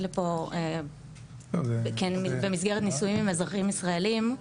לפה במסגרת נישואין עם אזרחים ישראלים,